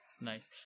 nice